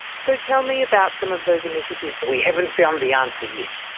so tell me about some of those initiatives. we haven't found the answer yet.